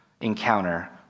encounter